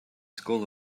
school